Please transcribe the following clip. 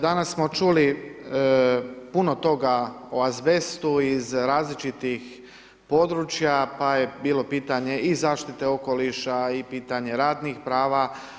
Danas smo čuli puno toga o azbestu iz različitih područja, pa je bilo pitanje i zaštite okoliša, i pitanje radnih prava.